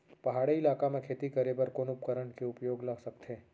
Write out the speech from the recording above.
पहाड़ी इलाका म खेती करें बर कोन उपकरण के उपयोग ल सकथे?